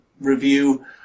review